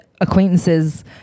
acquaintances